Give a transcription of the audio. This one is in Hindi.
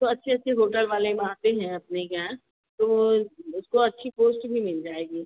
तो अच्छे अच्छे होटेल वाले भी आते हैं अपने के यहाँ तो वह उसको अच्छी पोस्ट भी मिल जाएगी